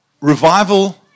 revival